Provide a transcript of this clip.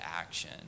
action